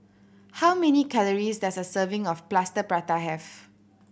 how many calories does a serving of Plaster Prata have